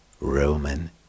Roman